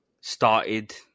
started